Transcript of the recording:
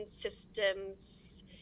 systems